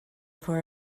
for